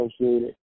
associated